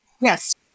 Yes